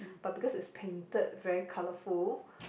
but because is painted very colourful